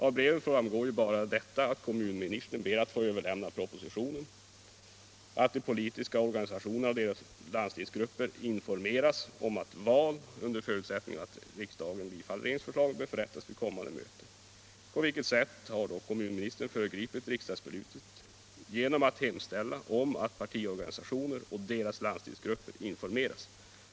Av brevet framgår bara att kommunministern ber att få överlämna propositionen, att de politiska organisationerna och deras landstingsgrupper informeras om att val, under förutsättning att riksdagen bifaller regeringsförslaget, bör förrättas vid kommande möte. På vilket sätt har då kommunministern föregripit riksdagsbeslutet genom att hemställa att partiorganisationer och deras landstingsgrupper informeras?